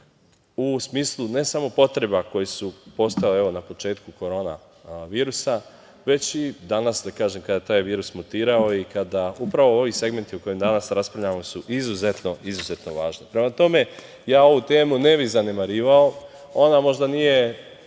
u smislu ne samo potreba koje su postojale na početku korona virusa, već i danas kada je taj virus mutirao i kada upravu ovi segmenti o kojima danas raspravljamo su izuzetno važni. Prema tome, ja ovu temu ne bih zanemarivao. Ona možda nije